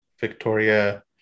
Victoria